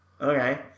okay